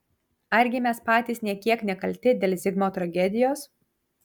argi mes patys nė kiek nekalti dėl zigmo tragedijos